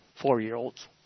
four-year-olds